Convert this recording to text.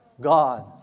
God